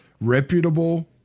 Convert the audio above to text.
reputable